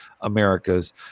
americas